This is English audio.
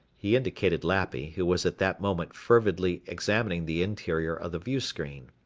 he indicated lappy, who was at that moment fervidly examining the interior of the viewscreen.